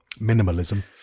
minimalism